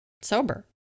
sober